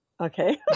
Okay